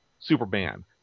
Superman